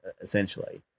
essentially